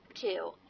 two